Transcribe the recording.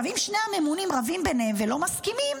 אם שני הממונים רבים ביניהם ולא מסכימים,